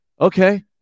okay